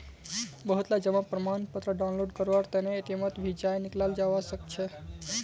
बहुतला जमा प्रमाणपत्र डाउनलोड करवार तने एटीएमत भी जयं निकलाल जवा सकछे